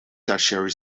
tertiary